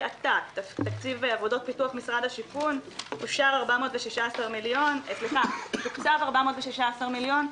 עתק: תקציב עבודות פיתוח משרד השיכון: תוקצבו 416 מיליון שקל,